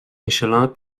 michelin